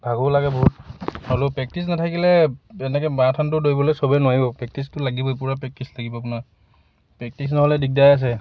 ভাগৰো লাগে বহুত হ'লেও প্ৰেক্টিচ নাথাকিলে এনেকৈ মাৰাথন দৌৰ দৌৰিবলৈ চবেই নোৱাৰিব প্ৰেক্টিচটো লাগিবই পুৰা প্ৰেক্টিচ লাগিব আপোনাৰ প্ৰেক্টিচ নহ'লে দিগদাৰ আছে